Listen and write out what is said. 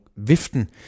Viften